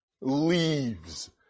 Leaves